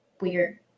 weird